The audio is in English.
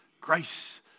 grace